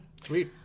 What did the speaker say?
Sweet